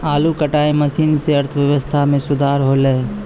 आलू कटाई मसीन सें अर्थव्यवस्था म सुधार हौलय